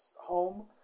home